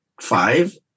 Five